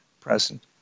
present